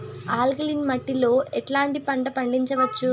Alkaline మట్టి లో ఎట్లాంటి పంట పండించవచ్చు,?